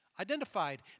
identified